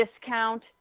discount